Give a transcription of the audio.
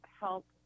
help